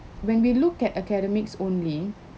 when we look at academics only